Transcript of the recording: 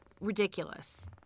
ridiculous